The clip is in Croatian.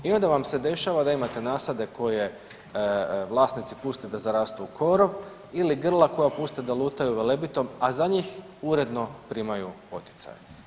I onda vam se dešava da imate nasade koje vlasnici puste da zarastu u korov ili grla koja puste da lutaju Velebitom, a za njih uredno primaju poticaje.